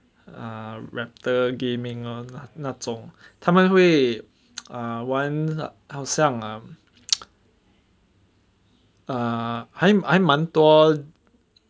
ah raptor gaming lor 那种他们会 err 玩好像 um ah 还还蛮多